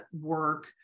work